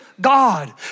God